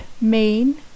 main